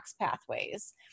pathways